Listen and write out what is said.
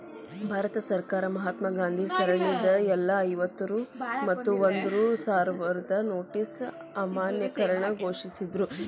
ಭಾರತ ಸರ್ಕಾರ ಮಹಾತ್ಮಾ ಗಾಂಧಿ ಸರಣಿದ್ ಎಲ್ಲಾ ಐವತ್ತ ರೂ ಮತ್ತ ಒಂದ್ ರೂ ಸಾವ್ರದ್ ನೋಟಿನ್ ಅಮಾನ್ಯೇಕರಣ ಘೋಷಿಸಿದ್ರು